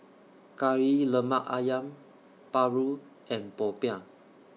Kari Lemak Ayam Paru and Popiah